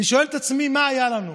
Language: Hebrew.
אני שואל את עצמי מה היה לנו.